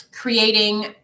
creating